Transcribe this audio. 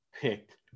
picked